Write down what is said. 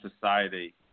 society